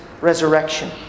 resurrection